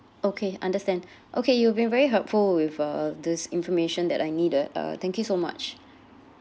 okay understand okay you've been very helpful with uh this information that I needed uh thank you so much